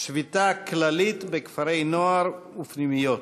שביתה כללית בכפרי-נוער ובפנימיות.